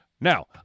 Now